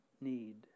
need